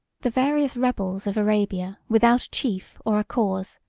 the various rebels of arabia without a chief or a cause,